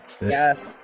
Yes